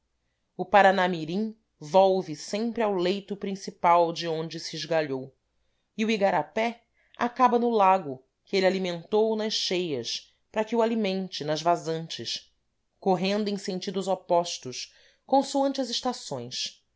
o paraná mirim volve sempre ao leito principal de onde se esgalhou e o igarapé acaba no lago que ele alimentou nas cheias para que o alimente nas vazantes correndo em sentidos opostos consoante as estações